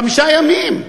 חמישה ימים.